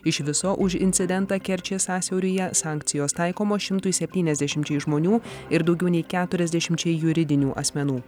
iš viso už incidentą kerčės sąsiauryje sankcijos taikomos šimtui septyniasdešim žmonių ir daugiau nei keturiasdešimčiai juridinių asmenų